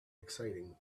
exciting